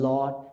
Lord